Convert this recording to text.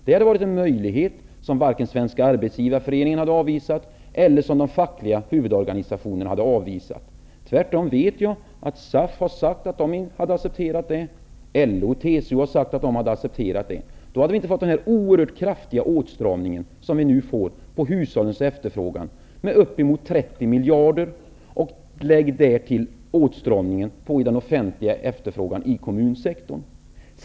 Det hade varit en möjlighet som varken Svenska arbetsgivareföreningen eller de fackliga huvudorganisationerna hade avvisat. Tvärtom vet jag att SAF har sagt att man hade accepterat detta. LO och TCO har sagt att de hade accepterat detta. Då hade vi inte fått denna oerhört kraftiga åtstramning på hushållens efterfrågan som vi nu får med upp emot 30 miljarder. Lägg därtill åtstramningen på den offentliga efterfrågan i kommunsektorn.